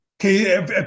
Okay